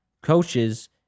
coaches